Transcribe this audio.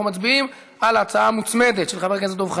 נצביע, כאמור, על שתי הצעות החוק בנפרד.